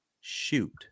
Shoot